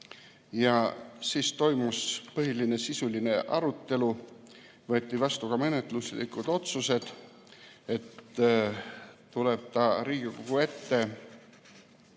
Siis toimus põhiline sisuline arutelu. Võeti vastu ka menetluslikud otsused, et see tuleb Riigikogu ette